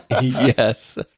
Yes